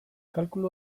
kalkulu